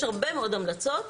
יש הרבה מאוד המלצות.